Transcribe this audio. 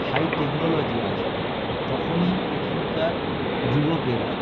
high technology আসবে তখনই এখানকার যুবকেরা